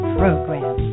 program